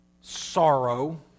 sorrow